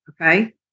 Okay